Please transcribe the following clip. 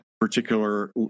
particular